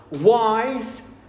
wise